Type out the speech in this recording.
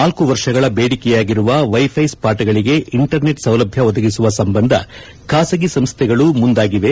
ನಾಲ್ಕು ವರ್ಷಗಳ ಬೇಡಿಕೆಯಾಗಿರುವ ವೈಫೈಸ್ಪಾಟ್ಗಳಿಗೆ ಇಂಟರ್ ನೆಟ್ ಸೌಲಭ್ಧ ಒದಗಿಸುವ ಸಂಬಂಧ ಬಾಸಗಿ ಸಂಸ್ಥೆಗಳು ಮುಂದಾಗಿವೆ